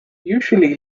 usually